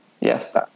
Yes